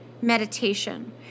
meditation